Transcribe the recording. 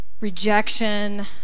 rejection